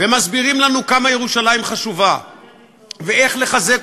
ומסבירים לנו כמה ירושלים חשובה ואיך לחזק